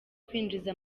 kwinjiza